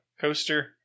Coaster